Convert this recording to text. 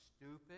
stupid